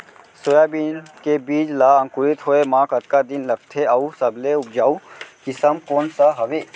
Soybean के बीज ला अंकुरित होय म कतका दिन लगथे, अऊ सबले उपजाऊ किसम कोन सा हवये?